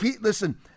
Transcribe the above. Listen